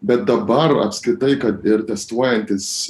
bet dabar apskritai kad ir testuojantis